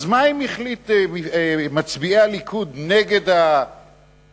אז מה אם מצביעי הליכוד נגד הגירוש?